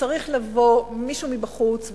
שצריך לבוא מישהו מבחוץ,